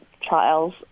trials